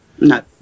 No